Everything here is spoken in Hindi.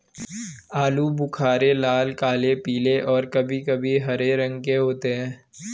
आलू बुख़ारे लाल, काले, पीले और कभी कभी हरे रंग के होते हैं